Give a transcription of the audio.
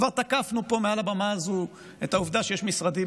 כבר תקפנו פה מעל הבמה הזו את העובדה שיש משרדים